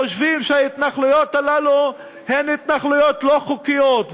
חושבים שההתנחלויות האלה הן התנחלויות לא חוקיות,